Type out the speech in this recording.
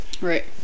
Right